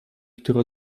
które